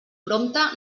prompte